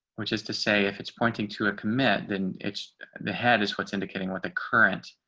which is to say if it's pointing to a commit, then it's the head is what's indicating what the current